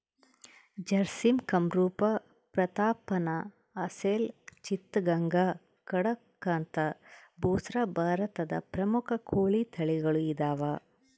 ಜರ್ಸಿಮ್ ಕಂರೂಪ ಪ್ರತಾಪ್ಧನ್ ಅಸೆಲ್ ಚಿತ್ತಗಾಂಗ್ ಕಡಕಂಥ್ ಬುಸ್ರಾ ಭಾರತದ ಪ್ರಮುಖ ಕೋಳಿ ತಳಿಗಳು ಇದಾವ